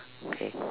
okay